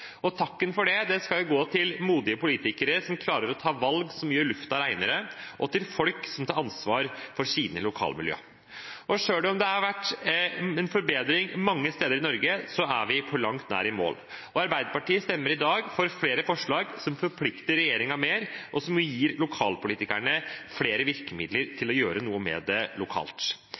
Og takken for det skal gå til modige politikere som klarer å ta valg som gjør luften renere, og til folk som tar ansvar for sine lokalmiljø. Selv om det har vært en forbedring mange steder i Norge, er vi på langt nær i mål. Arbeiderpartiet stemmer i dag for flere forslag som forplikter regjeringen mer, og som gir lokalpolitikerne flere virkemidler til å gjøre noe med det lokalt.